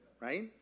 right